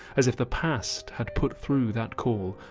as if the past had put through that call,